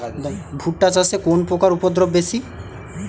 ভুট্টা চাষে কোন পোকার উপদ্রব বেশি?